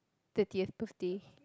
thirtieth birthday